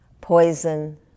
poison